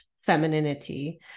femininity